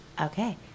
Okay